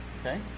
Okay